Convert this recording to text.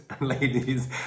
ladies